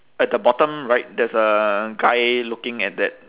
at the bottom right there's a guy looking at that